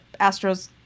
Astros